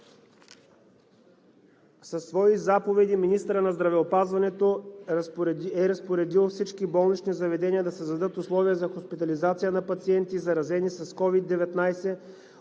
Със свои заповеди министърът на здравеопазването е разпоредил всички болнични заведения да създадат условия за хоспитализация на пациенти, заразени с COVID-19,